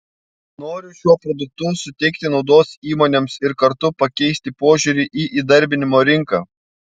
noriu šiuo produktu suteikti naudos įmonėms ir kartu pakeisti požiūrį į įdarbinimo rinką